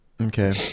okay